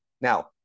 Now